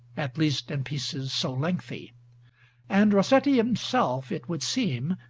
at least in pieces so lengthy and rossetti himself, it would seem,